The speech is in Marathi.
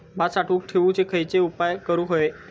भात साठवून ठेवूक खयचे उपाय करूक व्हये?